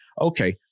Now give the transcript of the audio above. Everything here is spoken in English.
Okay